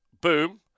Boom